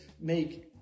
make